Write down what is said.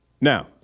Now